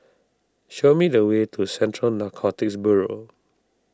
show me the way to Central Narcotics Bureau